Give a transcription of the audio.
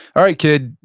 all right, kid,